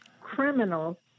criminal